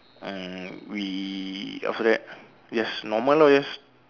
um we after that just normal lor just